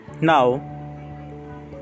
Now